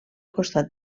costat